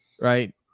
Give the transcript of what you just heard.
right